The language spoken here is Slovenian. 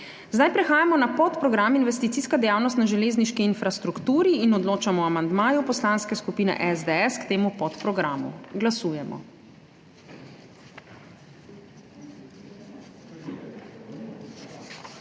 Prehajamo na podprogram Investicijska dejavnost na železniški infrastrukturi in odločamo o amandmaju Poslanske skupine SDS k temu podprogramu. Glasujemo.